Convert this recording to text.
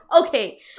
Okay